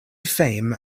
fame